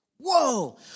Whoa